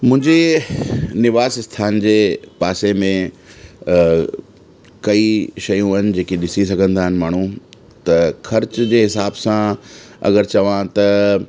मुंहिंजे निवास स्थानु जे पासे में कई शयूं आहिनि जेकी ॾिसी सघंदा आहिनि माण्हूं त ख़र्चु जे हिसाब सां अगरि चवां त